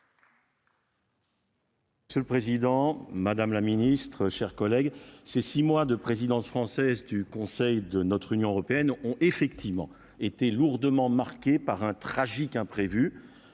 Monsieur le Président, Madame la Ministre, chers collègues, c'est 6 mois de présidence française du Conseil de notre Union européenne ont effectivement été lourdement marqué par un tragique imprévu,